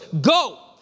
go